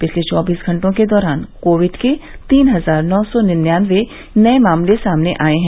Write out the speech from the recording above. पिछले चौबीस घंटे के दौरान कोविड के तीन हजार नौ सौ निन्यानबे नये मामले सामने आये हैं